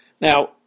Now